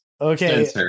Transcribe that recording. okay